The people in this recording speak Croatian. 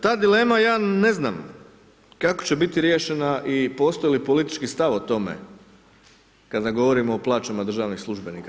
Ta dilema, ja ne znam, kako će biti riješena i postoji li politički stav o tome, kad ne govorimo o plaćama državnih službenika.